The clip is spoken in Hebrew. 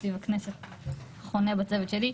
תקציב הכנסת חונה בצוות שלי.